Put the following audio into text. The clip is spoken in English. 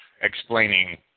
explaining